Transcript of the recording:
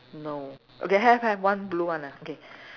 no okay have have one blue one ah okay